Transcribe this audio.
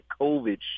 COVID